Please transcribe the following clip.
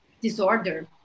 disorder